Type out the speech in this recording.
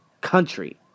country